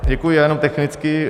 Děkuji, já jenom technicky.